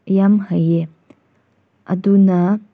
ꯌꯥꯝ ꯍꯩꯌꯦ ꯑꯗꯨꯅ